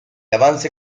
avance